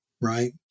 Right